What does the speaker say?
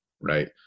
right